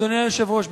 אדוני היושב-ראש,